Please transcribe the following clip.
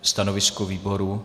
Stanovisko výboru?